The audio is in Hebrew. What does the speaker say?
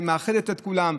שמאחדת את כולם,